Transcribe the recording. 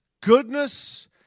Goodness